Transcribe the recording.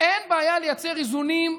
אין בעיה לייצר איזונים,